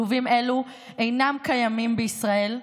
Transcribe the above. כלובים אלו אינם קיימים בישראל,